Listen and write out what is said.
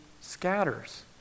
scatters